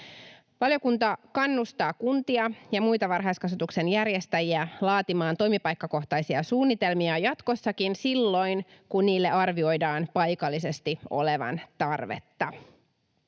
Valiokunta kannustaa kuntia ja muita varhaiskasvatuksen järjestäjiä laatimaan toimipaikkakohtaisia suunnitelmia jatkossakin silloin, kun niille arvioidaan paikallisesti olevan tarvetta.